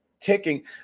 ticking